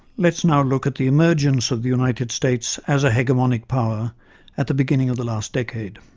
let's now look at the emergence of the united states as a hegemonic power at the beginning of the last decade.